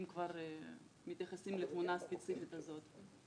אם כבר מתייחסים לתמונה הספציפית הזאת.